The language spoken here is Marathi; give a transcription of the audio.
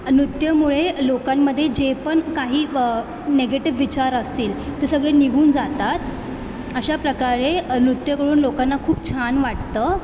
नृत्यामुळे लोकांमध्ये जे पण काही व नेगेटिव विचार असतील ते सगळे निघून जातात अशाप्रकारे नृत्य करून लोकांना खूप छान वाटतं